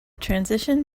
transition